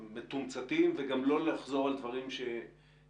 מתומצתים וגם לא לחזור על דברים שנאמרו.